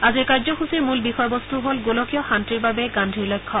আজিৰ কাৰ্যসূচীৰ মূল বিষয়বস্তু হ'ল গোলকীয় শান্তিৰ বাবে গান্ধীৰ লক্ষ্য